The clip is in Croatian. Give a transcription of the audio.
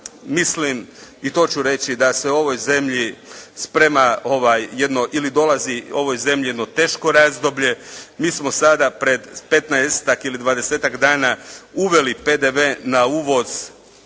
mislim i to ću reći da se u ovoj zemlji sprema jedno, ili dolazi ovoj zemlji jedno teško razdoblje, mi smo sada pred petnaestak ili dvadesetak dana uveli PDV na uvoz,